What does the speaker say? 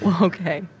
Okay